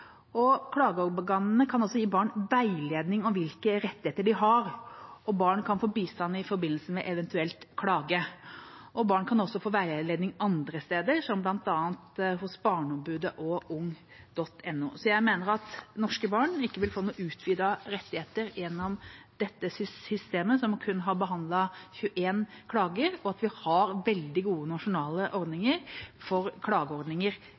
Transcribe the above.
Klageorganene kan også gi barn veiledning om hvilke rettigheter de har, og barn kan få bistand i forbindelse med eventuell klage. Barn kan også få veiledning andre steder, bl.a. hos Barneombudet og Ung.no. Så jeg mener at norske barn ikke vil få noen utvidete rettigheter gjennom dette systemet, som kun har behandlet 21 klager, og at vi har veldig gode nasjonale klageordninger for